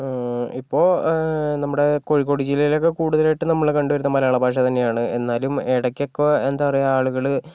ഇപ്പോൾ നമ്മുടെ കോഴിക്കോട് ജില്ലയിൽ ഒക്കെ കൂടുതലായിട്ട് നമ്മുടെ കണ്ടുവരുന്നത് മലയാള ഭാഷ തന്നെയാണ് എന്നാലും ഇടയ്ക്കൊക്കെ എന്താ പറയുക ആളുകൾ